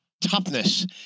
Toughness